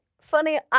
funny